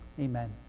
amen